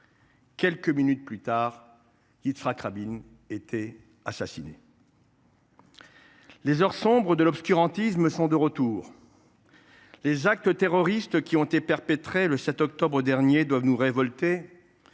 Quelques minutes plus tard, Yitzhak Rabin était assassiné. Les heures sombres de l’obscurantisme sont de retour. Les actes terroristes qui ont été perpétrés le 7 octobre dernier doivent nous révolter.